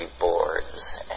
boards